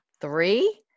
Three